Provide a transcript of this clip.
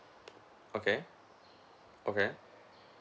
okay okay